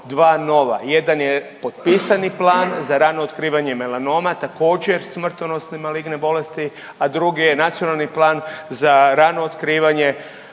dva nova, jedan je potpisani plan za rano otkrivanje melanoma također smrtonosne maligne bolesti, a drugi je Nacionalni plan za radno otkrivanje